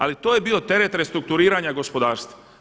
Ali to je bio teret restrukturiranja gospodarstva.